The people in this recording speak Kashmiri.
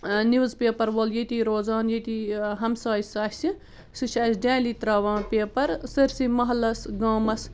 نِوٕز پیپر وول ییٚتی روزان ییٚتی ہمساے سُہ اَسہِ سُہ چھُ اَسہِ ڈٮ۪لی ترٛاوان پیپر سٲرۍسٕے محلس گامس